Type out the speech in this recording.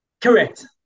Correct